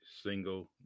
single